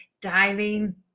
diving